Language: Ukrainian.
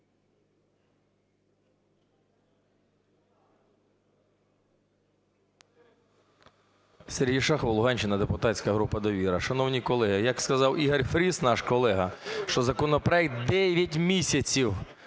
Сергій Шахов, Луганщина, депутатська група "Довіра". Шановні колеги, як сказав Ігор Фріс, наш колега, що законопроект дев'ять місяців